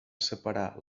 separar